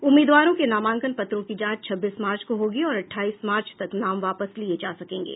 उम्मीदवारों के नामांकन पत्रों की जांच छब्बीस मार्च को होगी और अठाईस मार्च तक नाम वापस लिये जा सकेंगे